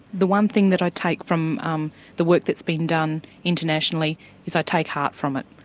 the one thing that i take from um the work that's been done internationally is i take heart from it.